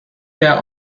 their